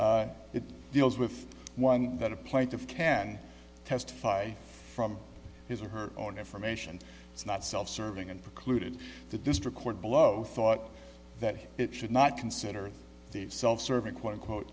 it deals with one that a plaintiff can testify from his or her own information it's not self serving and precluded the district court below thought that it should not consider the self serving quote unquote